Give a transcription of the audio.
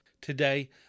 Today